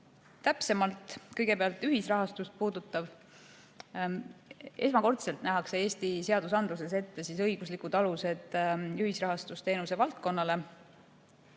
täpsemalt. Kõigepealt ühisrahastust puudutav. Esmakordselt nähakse Eesti seadusandluses ette õiguslikud alused ühisrahastusteenuse valdkonnale.